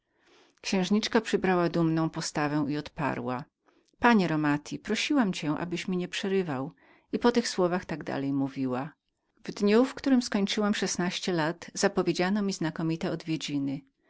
księżniczka przybrała dumną postawę i odparła panie romati prosiłam cię abyś mi nie przerywał i po tych słowach tak dalej mówiła w dniu w którym skończyłam szesnaście lat zapowiedziano mi znakomite odwiedziny